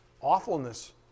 awfulness